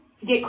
get